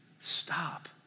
Stop